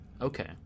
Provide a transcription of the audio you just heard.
Okay